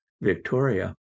Victoria